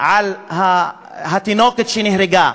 על התינוקת שנהרגה,